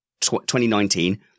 2019